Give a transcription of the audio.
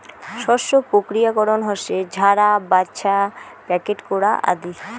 শস্য প্রক্রিয়াকরণ হসে ঝাড়া, ব্যাছা, প্যাকেট করা আদি